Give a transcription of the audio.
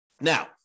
Now